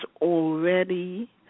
already